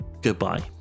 Goodbye